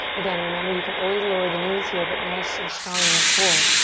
again, remember, you can always lower the knees here, but nice and strong in your core.